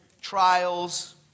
Trials